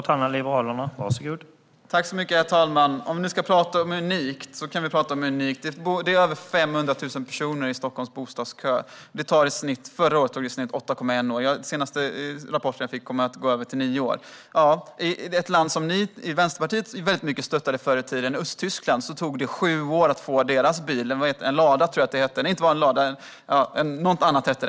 Herr talman! Om vi ska tala om unikt kan vi tala om det unika i att det är över 500 000 personer i Stockholms bostadskö. Förra året tog det i snitt 8,1 år att få en bostad, och enligt den senaste rapporten jag fick kommer det att gå över till 9 i år. I ett land som ni i Vänsterpartiet stöttade väldigt mycket förr i tiden, Östtyskland, tog det sju år att få en bil som tillverkades där - jag minns inte vad den hette.